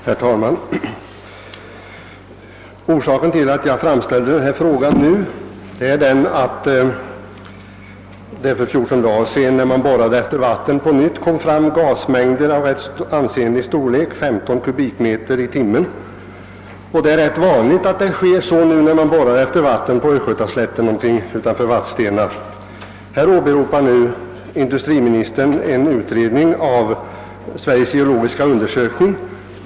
Herr talman! Orsaken till att jag nu framställt min fråga är att det, när man för fjorton dagar sedan borrade efter vatten på Östgötaslätten utanför Vadstena, på nytt kom fram gasmängder av rätt ansenlig storlek, nämligen 15 m3 i timmen. Det är numera ganska vanligt att så sker när man borrar efter vatten inom detta område. Industriministern åberopar nu en undersökning av Sveriges geologiska undersökning.